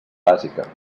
bàsica